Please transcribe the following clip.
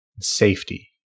safety